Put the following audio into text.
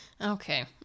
okay